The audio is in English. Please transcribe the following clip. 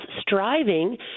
striving